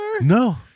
No